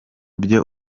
byo